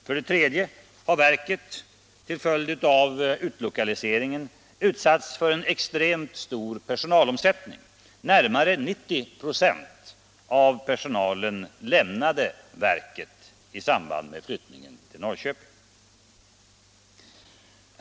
För det tredje har verket till följd av utlokaliseringen utsatts för en extremt stor personalomsättning — närmare 90 96 av personalen lämnade verket i samband med flyttningen till Norrköping.